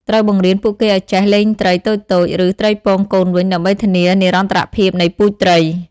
ត្រូវបង្រៀនពួកគេឱ្យចេះ លែងត្រី តូចៗ ឬត្រីពងកូនវិញដើម្បីធានានិរន្តរភាពនៃពូជត្រី។